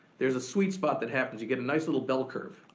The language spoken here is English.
there's a sweet spot that happens. you get a nice little bell curve,